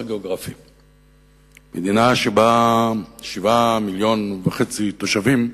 במדינה שבה 7.5 מיליוני תושבים,